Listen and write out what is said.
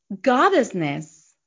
goddessness